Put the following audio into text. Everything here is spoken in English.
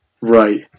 Right